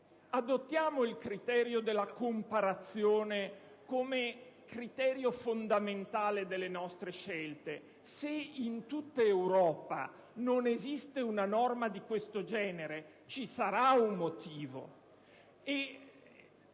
adottare il criterio della comparazione come criterio fondamentale delle nostre scelte. Se in tutta Europa non esiste una norma di questo genere ci sarà pure un motivo;